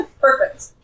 Perfect